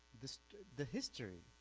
the the history,